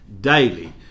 daily